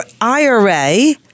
IRA